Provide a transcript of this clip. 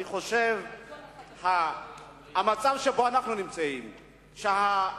במצב שאנחנו נמצאים בו,